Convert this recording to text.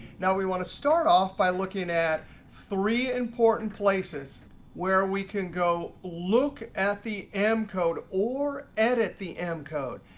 now we to start off by looking at three important places where we can go look at the m code or edit the m code.